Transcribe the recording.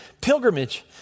pilgrimage